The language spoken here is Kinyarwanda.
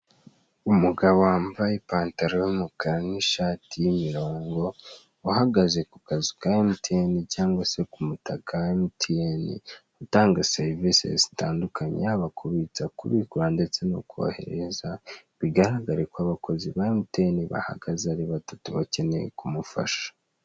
Umugabo wambaye ipantaro y'umukara n'ishati y'imirongo, uhagaze ku kazu ka emtiyeni cyangwa se ku mutaka wa emutiyeni, utanga serivise zitandukanye, yaba kubitsa, bubikura ndetse no kohereza, bigaragare ko abakozi ba emutiyeni bahagaze ari batatu, bakeneye kumufasha.